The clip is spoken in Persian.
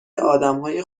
آدمهای